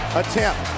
attempt